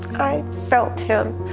i felt him.